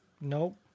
Nope